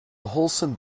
wholesome